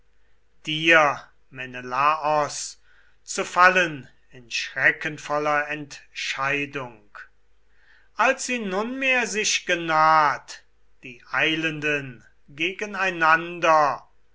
dir menelaos zu fallen in schreckenvoller entscheidung als sie nunmehr sich genaht die eilenden